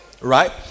Right